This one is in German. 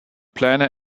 pläne